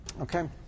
okay